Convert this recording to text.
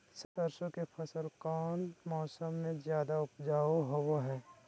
सरसों के फसल कौन मौसम में ज्यादा उपजाऊ होबो हय?